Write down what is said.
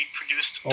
produced